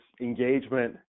engagement